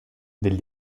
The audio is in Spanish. del